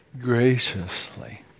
graciously